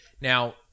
Now